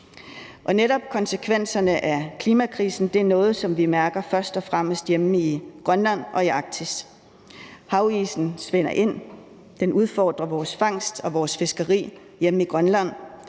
Netop konsekvenserne af klimakrisen er noget, som vi først og fremmest mærker hjemme i Grønland og Arktis. Havisen svinder ind, og det udfordrer vores fangst og vores fiskeri hjemme i Grønland,